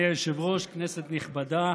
אדוני היושב-ראש, כנסת נכבדה,